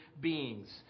beings